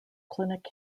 clinic